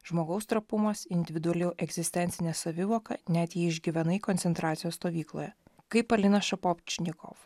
žmogaus trapumas individuali egzistencinė savivoka net jei išgyvenai koncentracijos stovykloje kaip alina šapočnikov